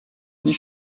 wie